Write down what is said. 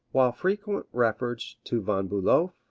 while frequent reference to von bulow,